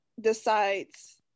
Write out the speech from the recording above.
decides